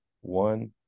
one